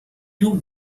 two